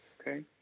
Okay